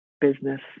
business